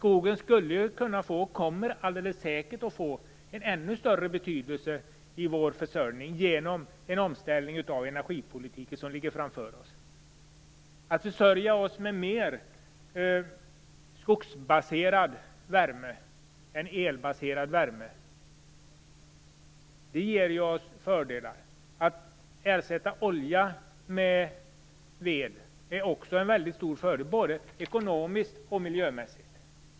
Skogen skulle kunna få, och kommer alldeles säkert att få, en ännu större betydelse i vår försörjning genom den omställning av energipolitiken som ligger framför oss. Att försörja oss med mer skogsbaserad värme än elbaserad värme ger oss fördelar. Att ersätta olja med ved är också en mycket stor fördel, både ekonomiskt och miljömässigt.